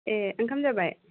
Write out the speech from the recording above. ए ओंखाम जाबाय